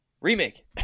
remake